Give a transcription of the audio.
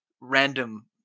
random